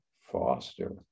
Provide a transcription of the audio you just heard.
foster